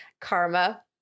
karma